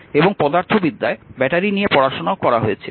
এবং পদার্থবিদ্যায় ব্যাটারি নিয়ে পড়াশোনাও করা হয়েছে